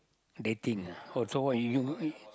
dating ah oh so what you you